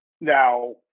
Now